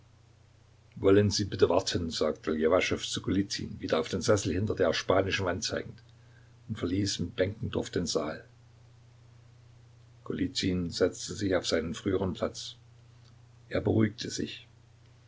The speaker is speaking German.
wollen sie bitte warten sagte ljewaschow zu golizyn wieder auf den sessel hinter der spanischen wand zeigend und verließ mit benkendorf den saal golizyn setzte sich auf seinen früheren platz er beruhigte sich